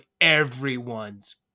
everyone's